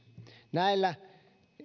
näillä